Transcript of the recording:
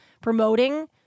promoting